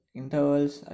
intervals